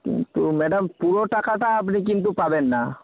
কিন্তু ম্যাডাম পুরো টাকাটা আপনি কিন্তু পাবেন না